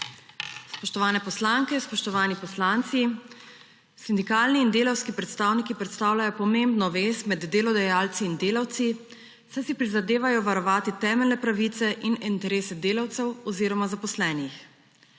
Spoštovane poslanke, spoštovani poslanci! Sindikalni in delavski predstavniki predstavljajo pomembno vez med delodajalci in delavci, saj si prizadevajo varovati temeljne pravice in interese delavcev oziroma zaposlenih.